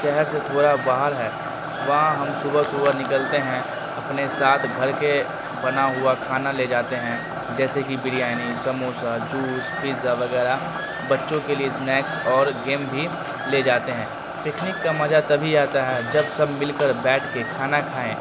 شہر سے تھوڑا باہر ہے وہاں ہم صبح صبح نکلتے ہیں اپنے ساتھ گھر کے بنا ہوا کھانا لے جاتے ہیں جیسے کہ بریانی سموسہ جوس پزا وغیرہ بچوں کے لیے اسنیکس اور گیم بھی لے جاتے ہیں پکنک کا مزہ تبھی آتا ہے جب سب مل کر بیٹھ کے کھانا کھائیں